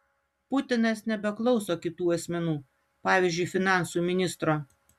putinas nebeklauso kitų asmenų pavyzdžiui finansų ministro